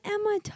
Emma